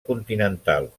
continental